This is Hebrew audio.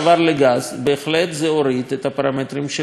זה בהחלט הוריד את הפרמטרים של הזיהום